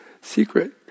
secret